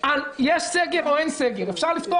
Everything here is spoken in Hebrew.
מזכות